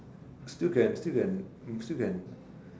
still can still can still can